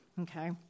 okay